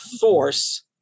force